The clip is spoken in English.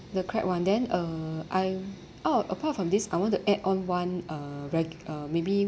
the crab [one] then uh I orh apart from this I want to add on one uh regu~ uh maybe